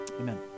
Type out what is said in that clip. amen